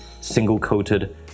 single-coated